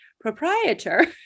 proprietor